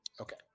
Okay